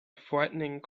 frightening